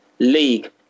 League